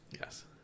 yes